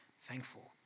thankful